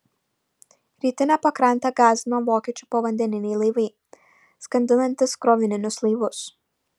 rytinę pakrantę gąsdino vokiečių povandeniniai laivai skandinantys krovininius laivus